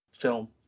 film